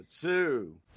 two